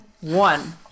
One